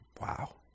Wow